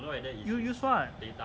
use use what